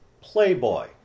Playboy